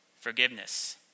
forgiveness